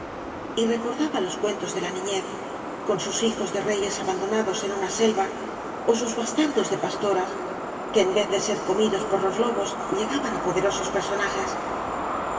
y recordaba los cuentos de la nifiez con sus hijos de reyes abandonados en una selva ó sus bastardos de pastoras que en vez de ser comidos por los lobos llegan á poderosos personajes